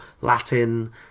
Latin